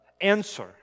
answer